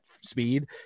speed